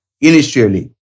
initially